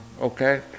okay